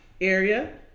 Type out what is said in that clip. area